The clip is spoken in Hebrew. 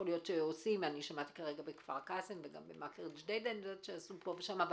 יכול להיות שעושים שמעתי כרגע בכפר קאסם וגם בעוד מקומות עשו פה ושם,